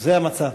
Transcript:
זה המצב.